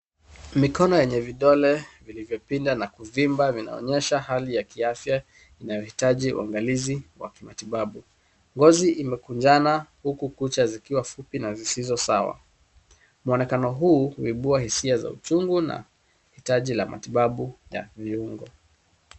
Mikono yenye vidole vilivyopinda na kuvimba vinaonyesha hali ya kiafya inayohitaji uangalizi wa kimatibabu. Ngozi imekunjana huku kucha zikiwa fupi na zisizo sawa. Mwonekano huu umeibua hisia za uchungu na hitaji la matibabu ya viungo.